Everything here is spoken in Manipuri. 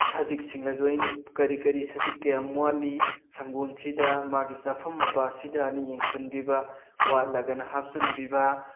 ꯁꯖꯤꯛꯁꯤꯡ ꯑꯗꯨ ꯑꯩꯅ ꯀꯔꯤ ꯀꯔꯤ ꯁꯖꯤꯛ ꯀꯌꯥꯝ ꯋꯥꯠꯂꯤ ꯁꯡꯒꯣꯟꯁꯤꯗ ꯃꯥꯒꯤ ꯆꯥꯐꯝ ꯃꯄꯥꯁꯤꯗꯅ ꯌꯦꯡꯁꯤꯟꯕꯤꯕ ꯋꯥꯠꯂꯒꯅ ꯍꯥꯞꯆꯟꯕꯤꯕ